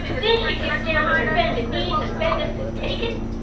didn't she get down on her bended knees and beg us to take it?